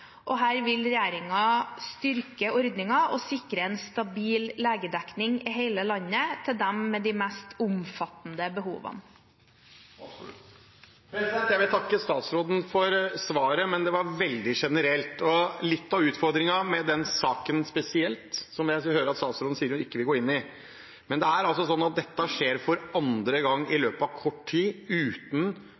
vil regjeringen styrke ordningen og sikre en stabil legedekning i hele landet til dem med de mest omfattende behovene. Jeg vil takke statsråden for svaret, men det var veldig generelt. Litt av utfordringen spesielt med denne saken, som jeg hører at statsråden sier hun ikke vil gå inn i, er at dette skjer for andre gang i løpet av kort tid, uten